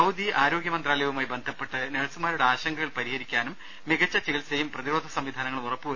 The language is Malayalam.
സൌദി ആരോഗ്യമന്ത്രാലയവുമായി ബന്ധ പ്പെട്ട് നഴ്സുമാരുടെ ആശങ്കകൾ പരിഹരിക്കുവാനും മികച്ച് ചികിത്സയും പ്രതിരോധ സംവിധാനങ്ങളും ഉറപ്പുവരുത്താനും